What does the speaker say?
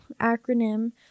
acronym